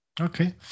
Okay